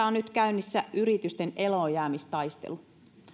on nyt käynnissä yritysten eloonjäämistaistelu